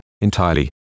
entirely